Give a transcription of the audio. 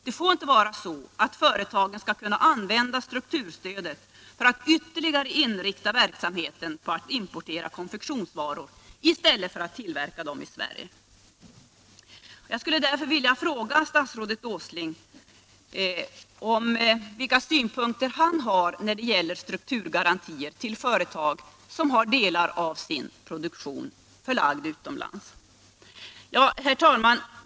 Det får inte vara så att företagen skall kunna använda strukturstödet för att ytterligare inrikta verksamheten på att importera konfektionsvaror i stället för att tillverka dem i Sverige. Jag skulle därför vilja fråga statsrådet Åsling vilka synpunkter han har när det gäller strukturgarantier till företag som har delar av sin produktion förlagda utomlands. Herr talman!